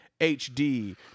hd